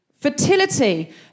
Fertility